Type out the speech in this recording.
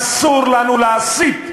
אסור לנו להסית.